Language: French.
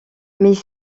mais